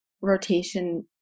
rotation